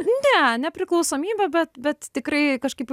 ne ne priklausomybė bet bet tikrai kažkaip